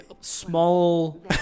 small